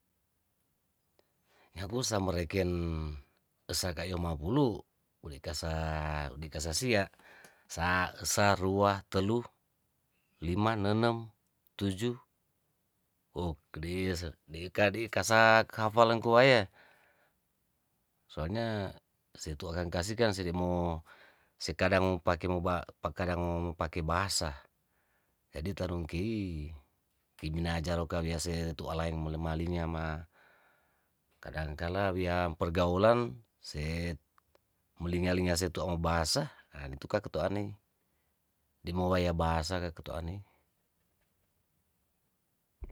Nabusa moreken sagayo mapulu' udi'kasa, udi'kasasia' sa, roa, telu, lima nenem, tujuh, wo de'eze deikadi kasa khalfal lengkowaye soalnya se tua kang kase kan sele mo sekadang mo pake mo ba pa kadang mo mo pake bahasa jadi tarung kei kiminajar no karowiasey tu alaeng molemalingnya ma kadangkala wiam pergaulan se mulinga linga se tu amu bahasa ahh dituka ketuane dimowaya bahasa ka ketuane.